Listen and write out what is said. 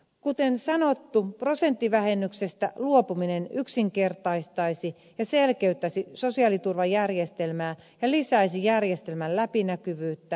kuten sanottu prosenttivähennyksestä luopuminen yksinkertaistaisi ja selkeyttäisi sosiaaliturvajärjestelmää ja lisäisi järjestelmän läpinäkyvyyttä